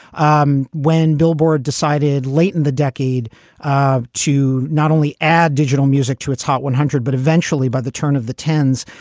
um when billboard decided late in the decade to not only add digital music to its hot one hundred, but eventually by the turn of the ten s,